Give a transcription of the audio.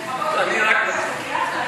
אני רק מתון.